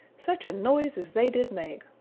such a noise as they did make!